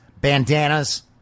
bandanas